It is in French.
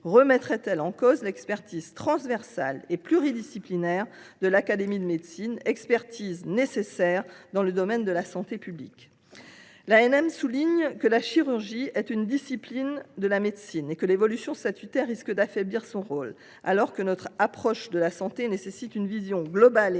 remettrait elle en cause l’expertise transversale et pluridisciplinaire de l’Académie nationale de médecine, expertise nécessaire dans le domaine de la santé publique ? L’Académie nationale de médecine souligne que la chirurgie est une discipline de la médecine et que l’évolution statutaire proposée risque d’affaiblir son rôle, alors que notre approche de la santé nécessite une vision globale et intégrée,